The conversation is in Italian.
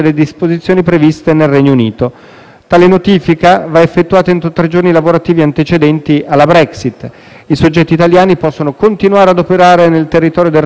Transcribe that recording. Tale notifica va effettuata entro tre giorni lavorativi antecedenti alla Brexit. I soggetti italiani possono continuare ad operare nel territorio del Regno Unito oltre il periodo transitorio